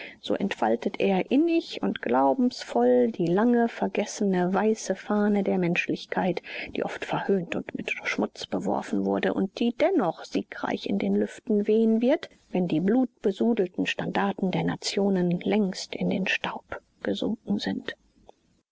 so entfaltet er innig und glaubensvoll die lange vergessene weiße fahne der menschlichkeit die oft verhöhnt und mit schmutz beworfen wurde und die dennoch siegreich in den lüften wehen wird wenn die blutbesudelten standarten der nationen längst in den staub gesunken sind